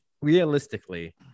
realistically